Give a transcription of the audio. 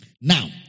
Now